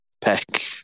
Peck